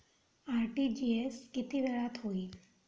RTGS किती वेळात होईल?